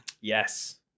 Yes